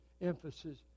emphasis